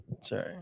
Sorry